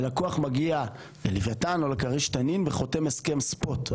הלקוח מגיע ללווייתן או לכריש-תנין וחותם הסכם ספוט.